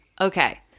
Okay